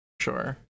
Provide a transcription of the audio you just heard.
Sure